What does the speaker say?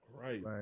Right